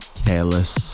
careless